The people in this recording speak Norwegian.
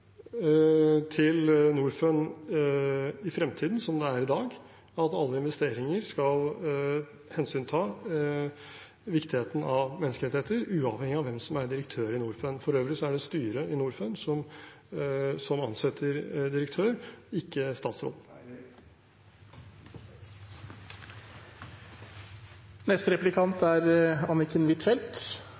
til Norfund i fremtiden som det er i dag, om at alle investeringer skal hensynta viktigheten av menneskerettigheter, uavhengig av hvem som er direktør. For øvrig er det styret i Norfund som ansetter direktør, ikke